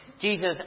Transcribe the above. Jesus